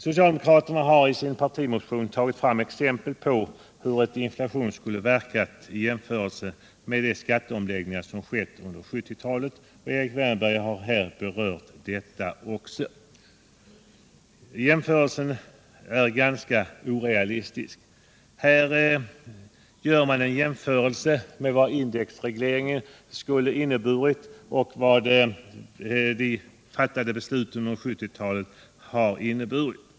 Socialdemokraterna har i sin partimotion tagit fram exempel på hur ett inflationsskydd skulle ha verkat i jämförelse med de skatteomlägg ningar som har gjorts under 1970-talet, och Erik Wärnberg har här berört detta. Jämförelsen är emellertid ganska orealistisk. Här jämför man alltså vad en indexreglering skulle ha inneburit med vad de fattade besluten under 1970-talet har betytt.